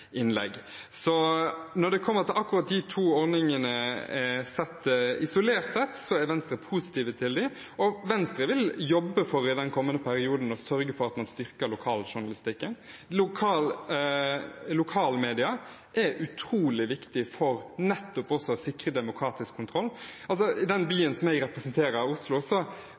innlegg. Når det gjelder akkurat de to ordningene isolert sett, er Venstre positive til dem, og Venstre vil i den kommende perioden jobbe for å sørge for at man styrker lokaljournalistikken. Lokalmedia er utrolig viktig nettopp for å sikre demokratisk kontroll. I den i byen jeg representerer, Oslo,